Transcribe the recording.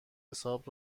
حساب